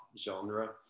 genre